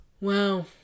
Wow